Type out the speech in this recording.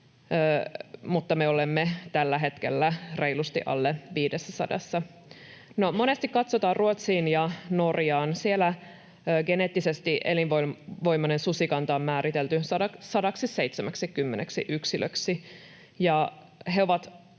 mutta me olemme tällä hetkellä reilusti alle 500:ssa. Monesti katsotaan Ruotsiin ja Norjaan, ja siellä geneettisesti elinvoimainen susikanta on määritelty 170 yksilöksi.